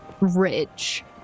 ridge